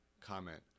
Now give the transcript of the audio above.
comment